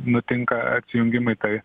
nutinka atsijungimai tai